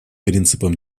принципам